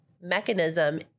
mechanism